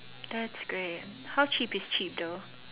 that's great how cheap is cheap though